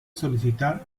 solicitar